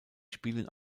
spielen